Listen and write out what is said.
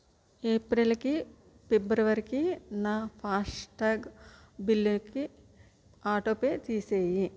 ఏప్రిల్కి ఫిబ్రవరికి నా ఫాస్టాగ్ బిల్లుకి ఆటోపే తీసేయి